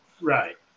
Right